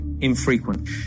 infrequent